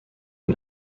are